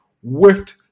Whiffed